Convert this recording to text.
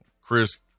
Chris